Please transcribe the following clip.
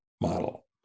model